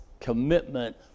commitment